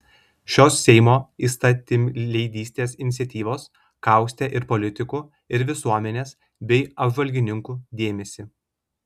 šios seimo įstatymleidystės iniciatyvos kaustė ir politikų ir visuomenės bei apžvalgininkų dėmesį